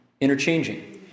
interchanging